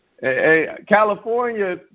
California